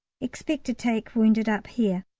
expect to take wounded up here.